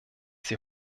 sie